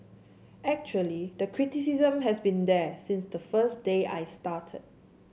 actually the criticism has been there since the first day I started